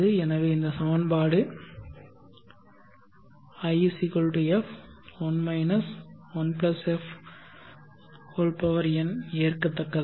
எனவே இந்த சமன்பாடு i f 1 1 fn ஏற்கத்தக்கதல்ல